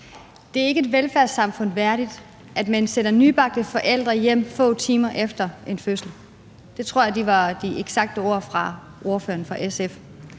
Det er ikke et velfærdssamfund værdigt, at man sender nybagte forældre hjem få timer efter en fødsel. Det tror jeg var de eksakte ord fra ordføreren for SF,